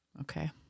Okay